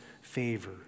favor